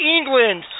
England